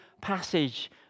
passage